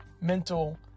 mental